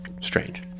strange